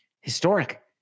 historic